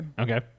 okay